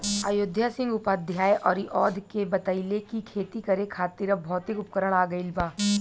अयोध्या सिंह उपाध्याय हरिऔध के बतइले कि खेती करे खातिर अब भौतिक उपकरण आ गइल बा